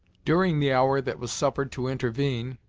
during the hour that was suffered to intervene,